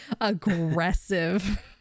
aggressive